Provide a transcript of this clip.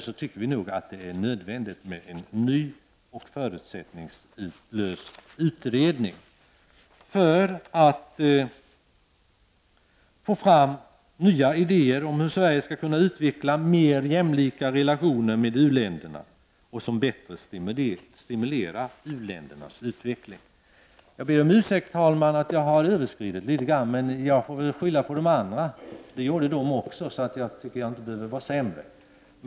Således är det nödvändigt att vi får en ny och förutsättningslös utredning för att på det sättet få fram nya idéer om hur Sverige kan utveckla mer jämlika relationer med u-länderna som bättre stimulerar deras utveckling. Jag ber om ursäkt, herr talman, för att jag har överskridit taletiden litet grand. Men jag får väl skylla ifrån mig och säga att det har andra talare här också gjort, så jag är inte sämre.